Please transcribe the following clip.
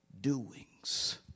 Doings